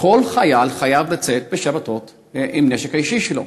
שכל חייל חייב לצאת לשבת עם הנשק האישי שלו.